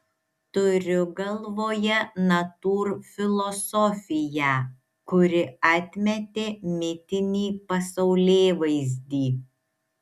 turiu galvoje natūrfilosofiją kuri atmetė mitinį pasaulėvaizdį